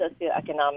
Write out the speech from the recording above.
socioeconomic